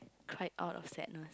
cried out of sadness